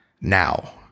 now